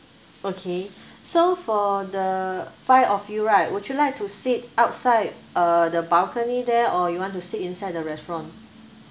okay so for the five of you right would you like to sit outside uh the balcony there or you want to sit inside the restaurant